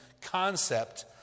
concept